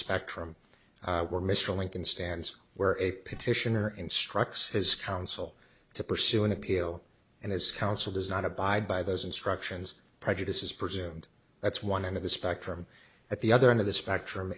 spectrum where mr lincoln stands where it petitioner instructs his counsel to pursue an appeal and his counsel does not abide by those instructions prejudice is presumed that's one end of the spectrum at the other end of the spectrum